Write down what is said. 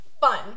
fun